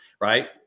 right